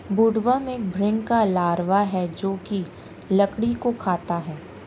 woodworm एक भृंग का लार्वा है जो की लकड़ी को खाता है